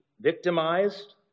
victimized